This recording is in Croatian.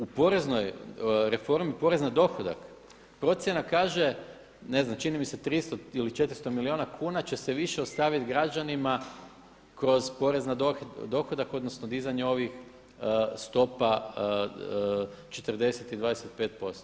U poreznoj reformi porez na dohodak procjena kaže, ne znam 300 ili 400 milijuna kuna će se više ostavit građanima kroz porez na dohodak, odnosno dizanje ovih stopa 40 i 25%